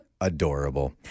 adorable